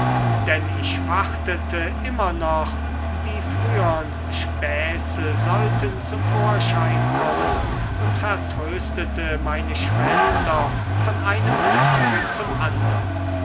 denn ich wartete immer noch die frühern späße sollten zum vorschein kommen und vertröstete meine schwester von einem tage zum andern